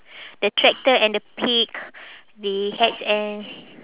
the tractor and the pig the and